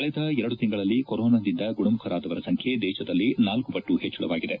ಕಳೆದ ಎರಡು ತಿಂಗಳಲ್ಲಿ ಕೊರೊನಾದಿಂದ ಗುಣಮುಖರಾದವರ ಸಂಖ್ಯೆ ದೇಶದಲ್ಲಿ ನಾಲ್ಲು ಪಟ್ಟು ಹೆಜ್ವಳವಾಗಿದೆ